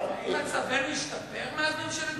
האם מצבנו השתפר מאז ממשלת נתניהו?